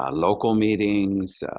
ah local meetings,